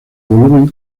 volumen